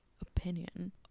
opinion